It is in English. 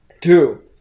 two